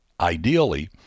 ideally